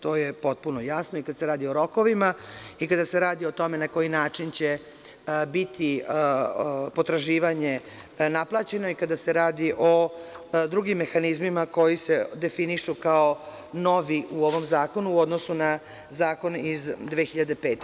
To je potpuno jasno i kada se radi o rokovima i kada se radi o tome na koji način će biti potraživanje naplaćeno, kada se radi o drugim mehanizmima koji se definišu kao novi u ovom zakonu, u odnosu na zakon iz 2005. godine.